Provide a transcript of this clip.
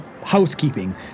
housekeeping